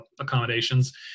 accommodations